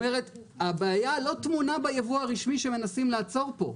הבעיה לא טמונה ביבוא הרשמי שמנסים לעצור פה.